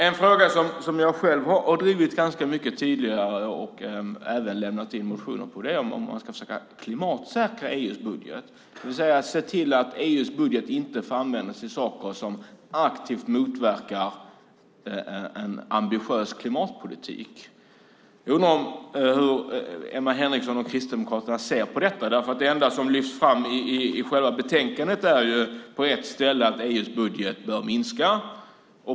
En fråga som jag själv har drivit mycket tidigare och även väckt motioner om gäller om man ska försöka klimatsäkra EU:s budget, det vill säga se till att EU:s budget inte får användas till saker som aktivt motverkar en ambitiös klimatpolitik. Jag undrar hur Emma Henriksson ser på detta. Det enda som lyfts fram på ett ställe i utlåtandet är att EU:s budget bör minska.